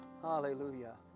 hallelujah